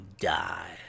die